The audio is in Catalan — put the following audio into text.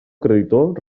creditor